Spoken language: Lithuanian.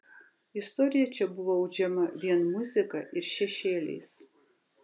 istorija čia buvo audžiama vien muzika ir šešėliais